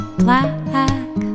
black